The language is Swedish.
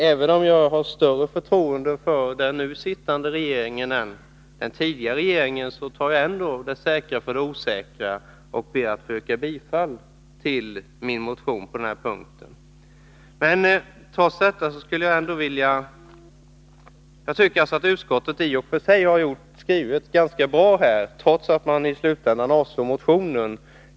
Även om jag har större förtroende för den nu sittande regeringen än för den tidigare, så tar jag ändå det säkra för det osäkra och ber att få yrka bifall till min motion på den punkten. Jag tycker att utskottet i och för sig har behandlat motionen välvilligt, trots att man i slutänden avstyrker den.